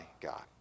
God